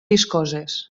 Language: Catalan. viscoses